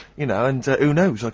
you know and err who knows, like